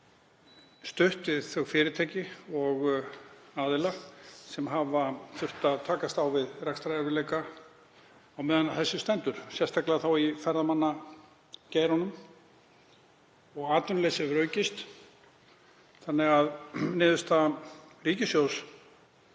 stutt við þau fyrirtæki og aðila sem hafa þurft að takast á við rekstrarerfiðleika á meðan á þessu stendur, sérstaklega þó í ferðamannageiranum. Atvinnuleysi hefur aukist þannig að niðurstaða ríkissjóðs